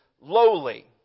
lowly